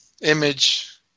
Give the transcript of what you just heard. image